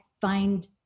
find